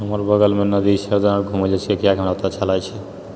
हमर बगलमे नदी छै जहाँ घुमए लऽ जाइ छिऐ तऽ हमरा अच्छा लागै छै